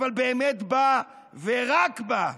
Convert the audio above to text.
אבל באמת בה ורק בה,